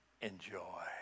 enjoy